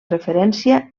referència